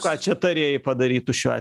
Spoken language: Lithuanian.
o ką čia tarėjai padarytų šiuo atveju